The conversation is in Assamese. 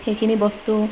সেইখিনি বস্তু